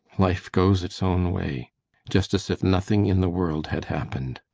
life goes its own way just as if nothing in the world had happened.